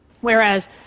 Whereas